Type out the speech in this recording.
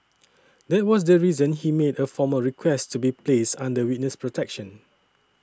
that was the reason he made a formal request to be placed under witness protection